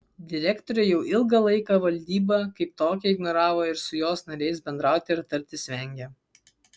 direktorė jau ilgą laiką valdybą kaip tokią ignoravo ir su jos nariais bendrauti ir tartis vengė